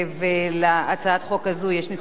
להצעת החוק הזאת יש כמה דוברים,